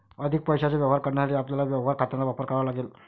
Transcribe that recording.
अधिक पैशाचे व्यवहार करण्यासाठी आपल्याला व्यवहार खात्यांचा वापर करावा लागेल